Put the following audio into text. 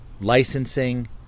licensing